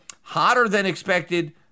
hotter-than-expected